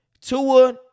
Tua